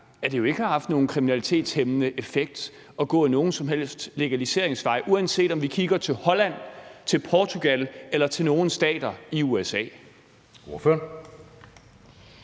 at det jo ikke har haft nogen kriminalitetshæmmende effekt at gå nogen som helst legaliseringsvej, uanset om vi kigger til Holland, til Portugal eller til nogle stater i USA.